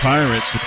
Pirates